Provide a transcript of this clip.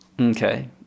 okay